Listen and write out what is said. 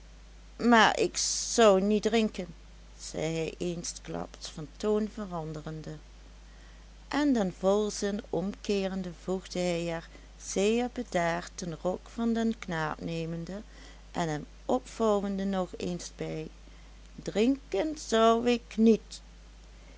maar ik zou niet drinken zei hij eensklaps van toon veranderende en den volzin omkeerende voegde hij er zeer bedaard den rok van den knaap nemende en hem opvouwende nog eens bij drinken zou ik niet